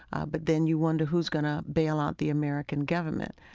ah but then you wonder who's going to bail out the american government.